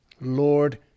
Lord